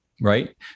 right